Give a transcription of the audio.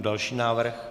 Další návrh.